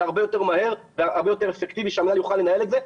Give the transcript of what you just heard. הרבה יותר אפקטיבי למינהל שיוכל לנהל את זה.